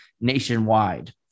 nationwide